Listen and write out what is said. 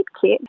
kit